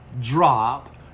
drop